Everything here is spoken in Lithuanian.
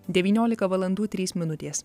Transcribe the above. devyniolika valandų trys minutės